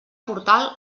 portal